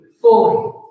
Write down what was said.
fully